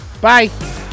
bye